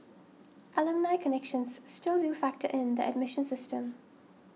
alumni connections still do factor in the admission system